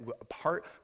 apart